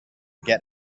get